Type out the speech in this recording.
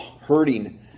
hurting